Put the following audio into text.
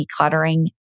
decluttering